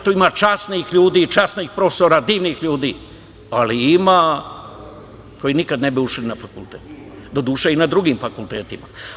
Tu ima časnih ljudi i časnih profesora, divnih ljudi, ali ima koji nikada ne bi ušli na fakultet, doduše i na drugim fakultetima.